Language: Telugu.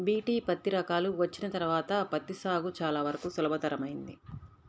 బీ.టీ పత్తి రకాలు వచ్చిన తర్వాత పత్తి సాగు చాలా వరకు సులభతరమైంది